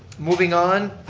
moving on,